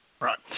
Right